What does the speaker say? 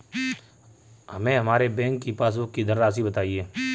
हमें हमारे बैंक की पासबुक की धन राशि बताइए